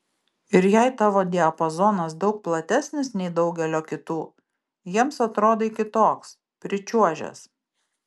ir jei tavo diapazonas daug platesnis nei daugelio kitų jiems atrodai kitoks pričiuožęs